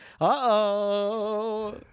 Uh-oh